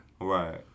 Right